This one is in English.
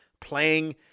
playing